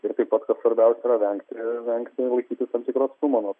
ir taip pat kas svarbiausia yra vengti vengti laikytis tam tikro atstumo nuo